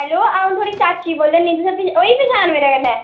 hello अ'ऊं थुआढ़ी चाची बोल्ला नी तुसें होई पंछान मेरे कन्नै